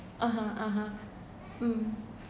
(uh huh) (uh huh) mm